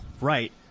Right